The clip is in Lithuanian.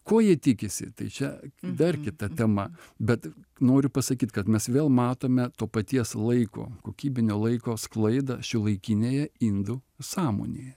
ko jie tikisi tai čia dar kita tema bet noriu pasakyt kad mes vėl matome to paties laiko kokybinio laiko sklaidą šiuolaikinėje indų sąmonėje